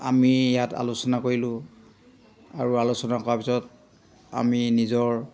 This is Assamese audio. আমি ইয়াত আলোচনা কৰিলোঁ আৰু আলোচনা কৰাৰ পিছত আমি নিজৰ